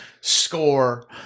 score